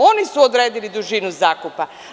Oni su odredili dužinu zakupa.